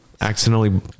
accidentally